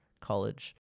college